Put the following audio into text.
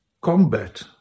combat